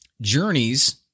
journeys